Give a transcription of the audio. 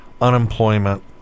unemployment